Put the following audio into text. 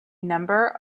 number